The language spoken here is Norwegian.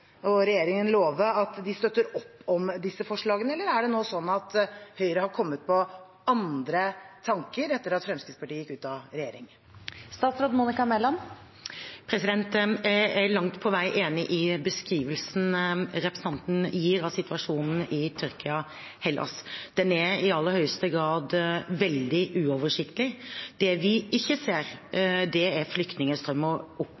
at de støtter opp om disse forslagene? Eller er det sånn at Høyre er kommet på andre tanker etter at Fremskrittspartiet gikk ut av regjering? Jeg er langt på vei enig i beskrivelsen representanten gir av situasjonen i Tyrkia og Hellas. Den er i aller høyeste grad veldig uoversiktlig. Det vi ikke ser, er flyktningstrømmer opp